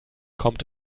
kommt